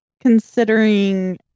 considering